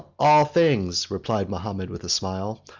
all things, replied mahomet with a smile,